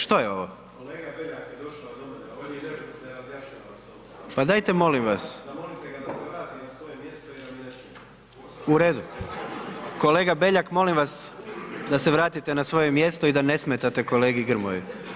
Što je ovo? ... [[Upadica se ne čuje.]] Pa dajte molim vas. ... [[Upadica se ne čuje.]] Kolega Beljak, molim vas da se vratite na svoje mjesto i da ne smetate kolegi Grmoji.